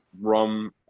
rum